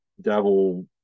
devil